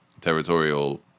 territorial